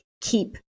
keep